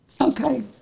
okay